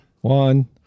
One